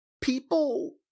people